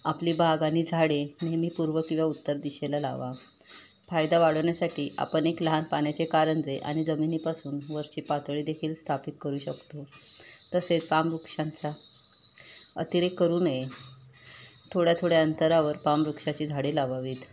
आपली बाग आणि झाडे नेहमी पूर्व किंवा उत्तर दिशेला लावा फायदा वाढवण्यासाठी आपण एक लहान पाण्याचे कारंजे आणि जमिनीपासून वरची पातळीदेखील स्थापित करू शकतो तसेच पामवृक्षांचा अतिरेक करू नये थोड्या थोड्या अंतरावर पामवृक्षाची झाडे लावावीत